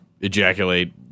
ejaculate